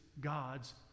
God's